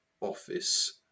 office